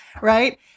right